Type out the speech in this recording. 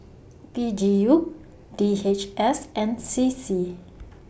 P G U D H S and C C